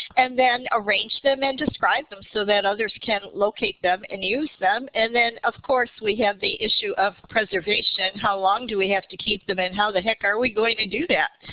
and then arrange them and describe them so that others can locate them and use them. and then of course we have the issue of preservation how long do we have to keep them? and how the heck are we going to do that?